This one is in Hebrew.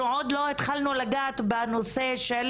אנחנו עוד לא התחלנו לגעת בנושא של